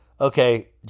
Okay